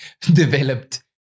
developed